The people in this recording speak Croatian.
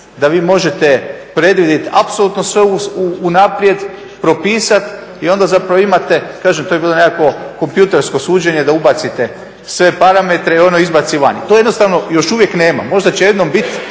da vi možete predvidjeti apsolutno sve unaprijed, propisati i onda zapravo imate, kažem to je bilo nekakvo kompjutersko suđenje da ubacite sve parametre i ono izbaci vani. To jednostavno još uvijek nema, možda će jednom biti